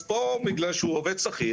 אז פה בגלל שהוא עובד שכיר,